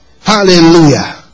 Hallelujah